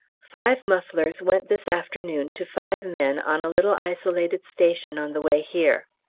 five mufflers went this afternoon to five men on a little isolated station on the way here.